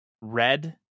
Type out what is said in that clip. red